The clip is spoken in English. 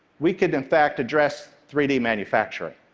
we could in fact address three d manufacturing.